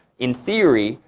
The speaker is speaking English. in theory,